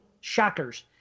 shockers